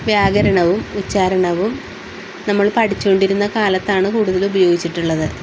വ്യാകരണവും ഉച്ചാരണവും നമ്മൾ പഠിച്ചുകൊണ്ടിരുന്ന കാലത്താണ് കൂടുതൽ ഉപയോഗിച്ചിട്ട് ഉള്ളത്